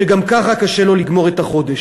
שגם ככה קשה לו לגמור את החודש.